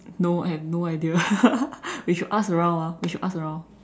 no I have no idea we should ask around ah we should ask around